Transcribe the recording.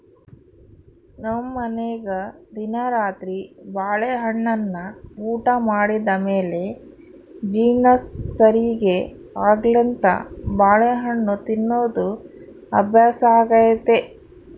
ನಮ್ಮನೆಗ ದಿನಾ ರಾತ್ರಿ ಬಾಳೆಹಣ್ಣನ್ನ ಊಟ ಮಾಡಿದ ಮೇಲೆ ಜೀರ್ಣ ಸರಿಗೆ ಆಗ್ಲೆಂತ ಬಾಳೆಹಣ್ಣು ತಿನ್ನೋದು ಅಭ್ಯಾಸಾಗೆತೆ